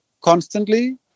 constantly